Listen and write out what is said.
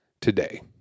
today